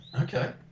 Okay